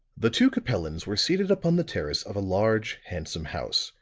the two capellans were seated upon the terrace of a large, handsome house,